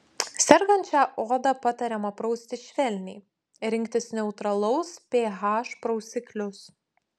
sergančią odą patariama prausti švelniai rinktis neutralaus ph prausiklius